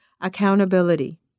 Accountability